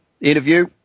interview